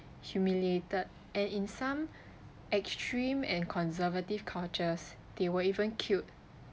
humiliated and in some extreme and conservative cultures they were even killed